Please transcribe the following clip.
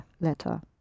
letter